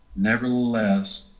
nevertheless